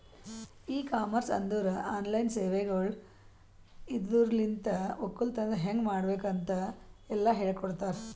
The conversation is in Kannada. ಇ ಕಾಮರ್ಸ್ ಅಂದುರ್ ಆನ್ಲೈನ್ ಸೇವೆಗೊಳ್ ಇದುರಲಿಂತ್ ಒಕ್ಕಲತನ ಹೇಗ್ ಮಾಡ್ಬೇಕ್ ಅಂತ್ ಎಲ್ಲಾ ಹೇಳಕೊಡ್ತಾರ್